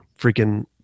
Freaking